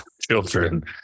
children